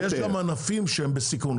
יש ענפים שהם בסיכון.